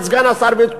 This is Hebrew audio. את סגן השר ואת כולם,